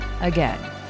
again